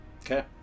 Okay